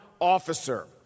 officer